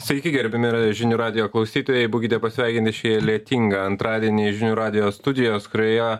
sveiki gerbiami žinių radijo klausytojai būkite pasveikinti šį lietingą antradienį žinių radijo studijos kurioje